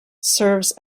serves